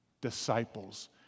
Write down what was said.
disciples